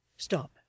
stop